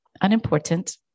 unimportant